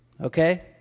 Okay